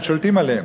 והם שולטים עליהם,